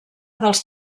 dels